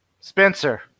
Spencer